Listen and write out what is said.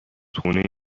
خونه